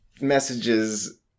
messages